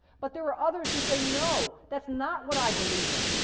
but there are others who say, no, that's not what i believe in.